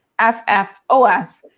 FFOS